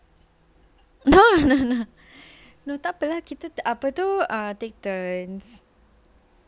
tidak apa lah kita apa itu take turns